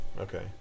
Okay